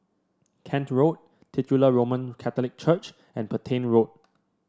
Kent Road Titular Roman Catholic Church and Petain Road